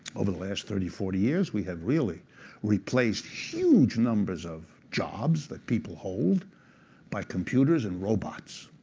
over the last thirty, forty years, we have really replaced huge numbers of jobs that people hold by computers and robots.